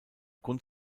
grund